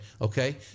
okay